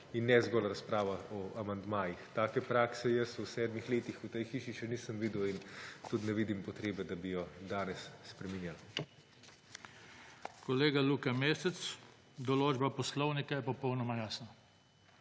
in ne zgolj razprava o amandmajih. Take prakse v sedmih letih v tej hiši še nisem videl in tudi ne vidim potrebe, da bi jo danes spreminjali. **PODPREDSEDNIK JOŽE TANKO:** Kolega Luka Mesec, določba poslovnika je popolnoma jasna: